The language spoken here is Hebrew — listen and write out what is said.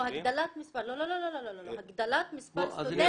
לא, לא, לא, הגדלת מספר סטודנטים.